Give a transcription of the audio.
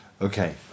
Okay